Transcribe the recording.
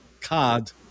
card